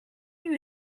you